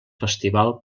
festival